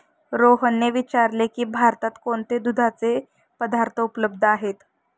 रोहनने विचारले की भारतात कोणते दुधाचे पदार्थ उपलब्ध आहेत?